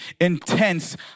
intense